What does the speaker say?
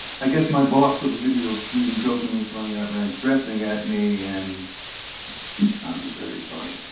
i guess my boss saw the video of stephen jokingly throwing that ranch dressing at me, and he found it very funny.